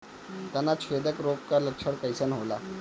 तना छेदक रोग का लक्षण कइसन होला?